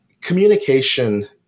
communication